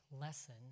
lesson